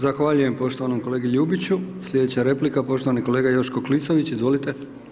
Zahvaljujem poštovanom kolegi Ljubiću, sljedeća replika poštovani kolega Joško Klisović, izvolite.